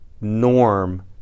norm